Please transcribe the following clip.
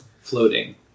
floating